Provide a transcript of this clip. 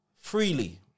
Freely